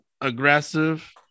aggressive